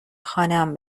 خانهام